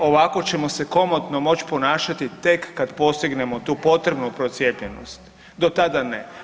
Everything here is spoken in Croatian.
Ali ovako ćemo se komotno moć ponašati tek kad postignemo tu potrebnu procijepljenost do tada ne.